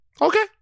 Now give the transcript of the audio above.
Okay